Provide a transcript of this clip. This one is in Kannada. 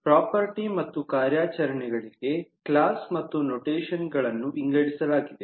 ಪ್ರೊಪರ್ಟಿ ಮತ್ತು ಕಾರ್ಯಾಚರಣೆಗಳಿಗೆ ಕ್ಲಾಸ್ ಮತ್ತು ನೊಟೆಷನ್ ಗಳನ್ನು ವಿಂಗಡಿಸಲಾಗಿದೆ